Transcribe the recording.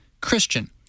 Christian